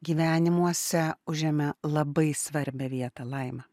gyvenimuose užėmė labai svarbią vietą laima